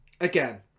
Again